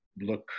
look